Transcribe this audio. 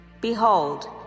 Behold